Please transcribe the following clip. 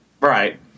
right